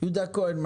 יהודה כהן,